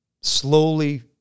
slowly